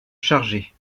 chargé